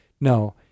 No